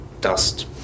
dust